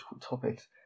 topics